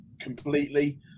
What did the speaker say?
completely